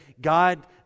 God